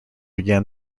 began